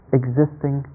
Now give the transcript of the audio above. existing